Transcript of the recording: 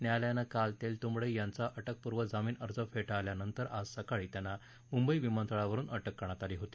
न्यायालयानं काल तेलतूंबडे यांचा अटकपूर्व जामीन अर्ज फेटाळल्यानंतर आज सकाळी त्यांना मुंबई विमानतळावरुन अटक करण्यात आली होती